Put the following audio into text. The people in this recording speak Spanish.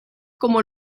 como